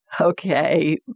Okay